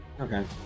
Okay